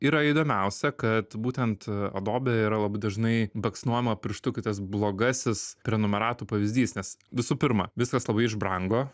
yra įdomiausia kad būtent adobe yra labai dažnai baksnojama pirštu kaip tas blogasis prenumeratų pavyzdys nes visų pirma viskas labai išbrango